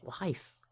life